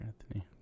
Anthony